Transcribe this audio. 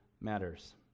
matters